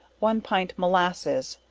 one pint molasses,